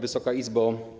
Wysoka Izbo!